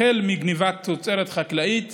החל בגנבת תוצרת חקלאית